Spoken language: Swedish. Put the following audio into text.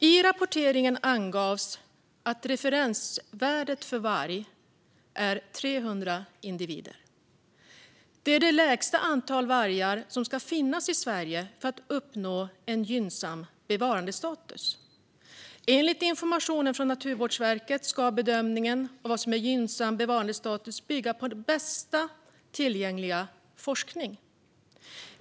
I rapporteringen angavs att referensvärdet för varg är 300 individer. Det är det lägsta antal vargar som ska finnas i Sverige för att uppnå en gynnsam bevarandestatus. Enligt informationen från Naturvårdsverket ska bedömningen av vad som är gynnsam bevarandestatus bygga på bästa tillgängliga forskning.